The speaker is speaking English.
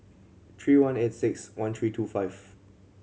three one eight six one three two five